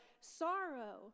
sorrow